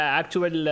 actual